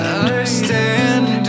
understand